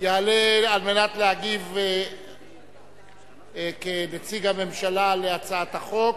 יעלה על מנת להגיב כנציג הממשלה על הצעת החוק.